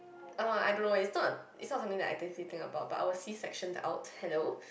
uh I don't know it's not it's not something that I seriously think about but I will C section out hello